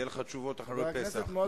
יהיו לך תשובות אחרי פסח.